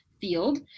field